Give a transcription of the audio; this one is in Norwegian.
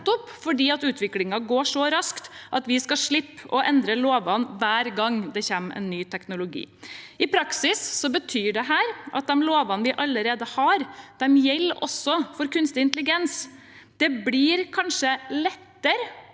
fordi utviklingen går så raskt, for at vi skal slippe å endre lovene hver gang det kommer en ny teknologi. I praksis betyr dette at de lovene vi allerede har, også gjelder for kunstig intelligens. Det blir kanskje lettere